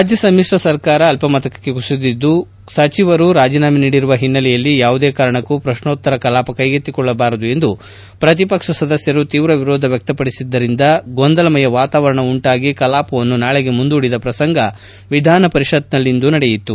ರಾಜ್ಯ ಸಮಿತ್ರ ಸರ್ಕಾರ ಅಲ್ಪಮತಕ್ಕೆ ಕುಸಿದ್ದು ಸಚಿವರು ರಾಜೀನಾಮೆ ನೀಡಿರುವ ಹಿನ್ನಲೆಯಲ್ಲಿ ಯಾವುದೇ ಕಾರಣಕ್ಕೂ ಪ್ರಕ್ನೋತ್ತರ ಕಲಾಪ ಕೈಗೆತ್ತಿಕೊಳ್ಳಬಾರದು ಎಂದು ಪ್ರತಿಪಕ್ಷ ಸದಸ್ಯರು ತೀವ್ರ ವಿರೋಧ ವ್ಯಕ್ತಪಡಿಸಿದ್ದರಿಂದ ಗೊಂದಲಮಯ ವಾತಾವರಣ ಉಂಟಾಗಿ ಕಲಾಪವನ್ನು ನಾಳೆಗೆ ಮುಂದೂಡಿದ ಪ್ರಸಂಗ ವಿಧಾನಪರಿಷತ್ತಿನಲ್ಲಿಂದು ನಡೆಯಿತು